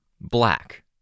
Black